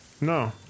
No